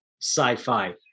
sci-fi